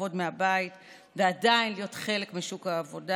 לעבוד מהבית ועדיין להיות חלק משוק העבודה.